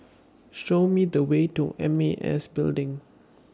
Show Me The Way to M A S Building